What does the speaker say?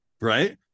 Right